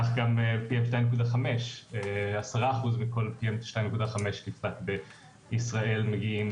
כך גם PM2.5, 10% מכל PM2.5 נפלט בישראל מגיעים